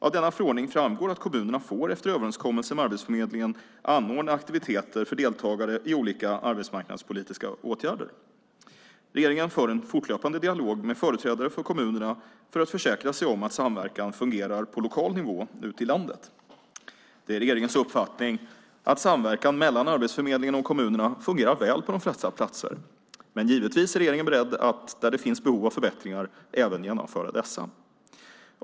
Av denna förordning framgår att kommunerna, efter överenskommelse med Arbetsförmedlingen, får anordna aktiviteter för deltagare i olika arbetsmarknadspolitiska åtgärder. Regeringen för en fortlöpande dialog med företrädare för kommunerna för att försäkra sig om att samverkan fungerar på lokal nivå ute i landet. Det är regeringens uppfattning att samverkan mellan Arbetsförmedlingen och kommunerna fungerar väl på de flesta platser. Men givetvis är regeringen beredd att även genomföra förbättringar där det finns behov av sådana.